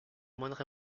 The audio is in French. moindre